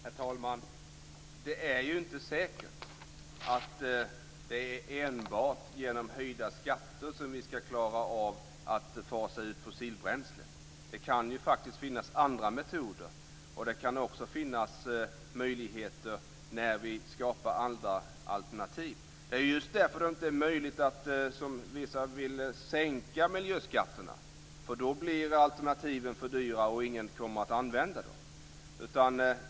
Herr talman! Det är inte säkert att det är enbart genom höjda skatter som vi ska klara av att fasa ut fossilbränslen. Det kan faktiskt finnas andra metoder. Det kan också finnas möjligheter när vi skapar andra alternativ. Det är just därför det inte är möjligt att, som vissa vill, sänka miljöskatterna, för då blir alternativen för dyra och ingen kommer att använda dem.